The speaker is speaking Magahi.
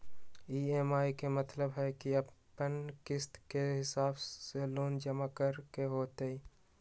ई.एम.आई के मतलब है कि अपने के किस्त के हिसाब से लोन जमा करे के होतेई?